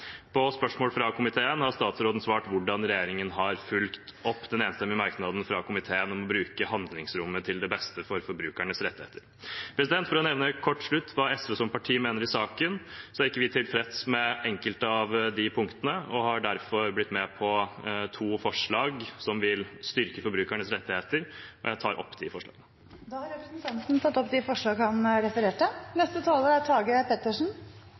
På spørsmål fra komiteen har statsråden svart hvordan regjeringen har fulgt opp den enstemmige merknaden fra komiteen om å bruke handlingsrommet til beste for forbrukernes rettigheter. For å nevne kort til slutt hva SV som parti mener i saken: Vi er ikke tilfreds med enkelte av disse punktene og har derfor blitt med på to forslag som vil styrke forbrukernes rettigheter. Jeg tar opp disse forslagene. Representanten Freddy André Øvstegård har tatt opp de forslagene han refererte